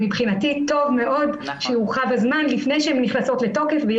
מבחינתי טוב מאוד שיורחב הזמן לפני שהן נכנסות לתוקף ותהיה